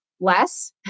less